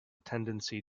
tendency